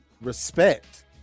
respect